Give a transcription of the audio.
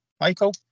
Michael